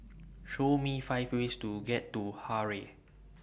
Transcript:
Show Me five ways to get to Harare